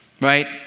Right